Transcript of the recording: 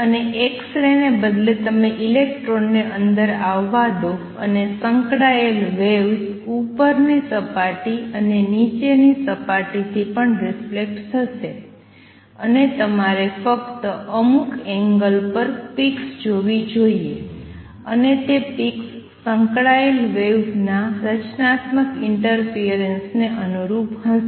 અને X ray ને બદલે તમે ઇલેક્ટ્રોનને અંદર આવવા દો અને સંકળાયેલ વેવ્સ ઉપરની સપાટી અને નીચેની સપાટીથી પણ રિફલેક્ટ થશે અને તમારે ફક્ત અમુક એંગલ પર પિક્સ જોવી જોઈએ અને તે પિક્સ સંકળાયેલ વેવ્સના રચનાત્મક ઈંટરફિયરન્સ ને અનુરૂપ હશે